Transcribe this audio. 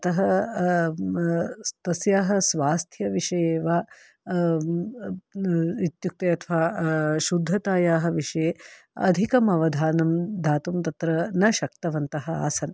अतः तस्याः स्वास्थ्य विषये वा इत्युक्ते अथवा शुद्धतायाः विषये अधिकम् अवधानं दातुं तत्र न शक्तवन्तः आसन्